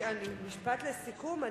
משפט לסיכום.